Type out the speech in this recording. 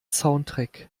soundtrack